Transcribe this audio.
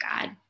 God